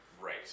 Right